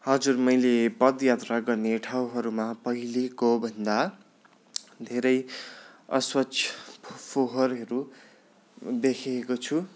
हजुर मैले पद यात्रा गर्ने ठाउँहरूमा पहिलेको भन्दा धेरै अस्वच्छ फोहोरहरू देखेको छु